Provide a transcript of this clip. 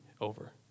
over